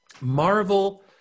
Marvel